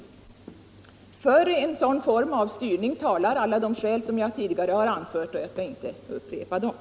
För en sådan form av styrning talar alla de skäl som jag tidigare har anfört, och jag skall inte upprepa dem.